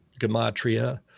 Gematria